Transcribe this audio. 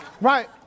Right